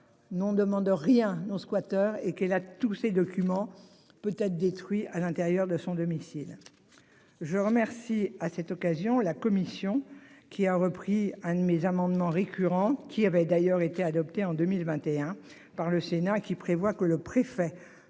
Non demande rien squatters et qui est là tous ces documents peut être détruit à l'intérieur de son domicile. Je remercie à cette occasion la commission qui a repris un de mes amendements. Qui avait d'ailleurs été adoptée en 2021 par le Sénat qui prévoit que le préfet